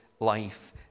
life